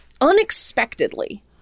unexpectedly